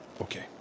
okay